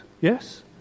Yes